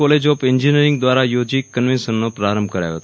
college of engineering દ્વારા યોજીત કન્વેન્શનનો પ્રારંભ કરાવ્યો હતો